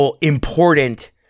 important